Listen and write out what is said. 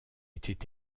était